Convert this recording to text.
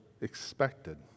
expected